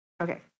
Okay